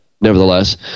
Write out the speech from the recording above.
nevertheless